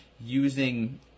using